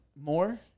more